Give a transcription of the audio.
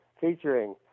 featuring